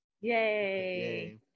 yay